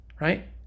right